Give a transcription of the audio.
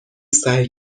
سعی